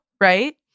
Right